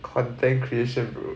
content creation bro